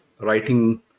writing